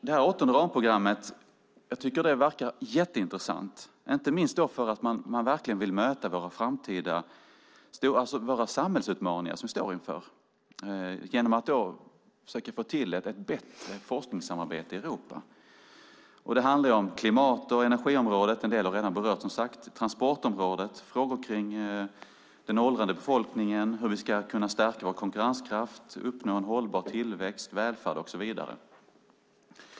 Det här åttonde ramprogrammet tycker jag verkar jätteintressant, inte minst för att man verkligen vill möta de samhällsutmaningar som vi står inför genom att försöka få till ett bättre forskningssamarbete i Europa. Det handlar om klimat och energiområdet, en del har som sagt redan berörts, transportområdet, frågor kring den åldrande befolkningen, hur vi ska kunna stärka vår konkurrenskraft, uppnå en hållbar tillväxt, välfärd och så vidare.